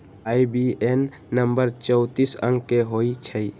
IBAN number चौतीस अंक के होइ छइ